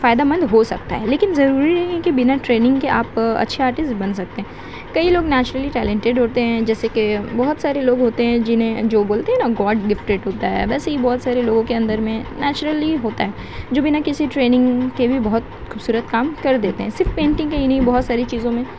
فائدہ مند ہو سکتا ہے لیکن ضروری نہیں ہے کہ بنا ٹریننگ کے آپ اچھے آرٹسٹ بن سکتے ہیں کئی لوگ نیچرلی ٹیلنٹیڈ ہوتے ہیں جیسے کہ بہت سارے لوگ ہوتے ہیں جنہیں جو بولتے ہیں نا گاڈ گفٹیڈ ہوتا ہے ویسے ہی بہت سارے لوگوں کے اندر میں نیچرلی ہوتا ہے جو بنا کسی ٹریننگ کے بھی بہت خوبصورت کام کر دیتے ہیں صرف پینٹنگ کے نہیں بہت ساری چیزوں میں